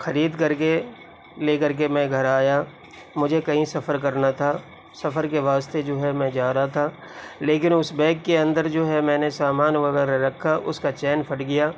خرید کر کے لے کر کے میں گھر آیا مجھے کہیں سفر کرنا تھا سفر کے واسطے جو ہے میں جا رہا تھا لیکن اس بیگ کے اندر جو ہے میں نے سامان وغیرہ رکھا اس کا چین پھٹ گیا